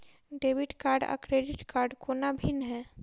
Debit card आ credit कोना भिन्न है?